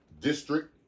District